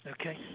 okay